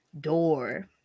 Door